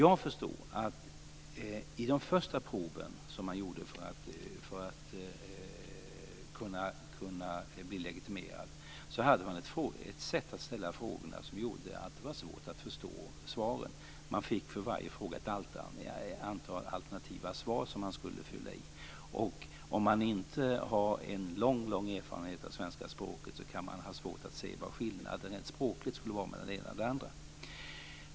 I de första proven som man fick göra för att bli legitimerad hade man ett sätt att ställa frågorna som gjorde att det var svårt att förstå svaren. För varje fråga fick man ett antal alternativa svar som man skulle fylla i. Om man inte har en lång erfarenhet av det svenska språket kan man ha svårt att se vad skillnaden rent språkligt skulle vara mellan det ena eller det andra svaret.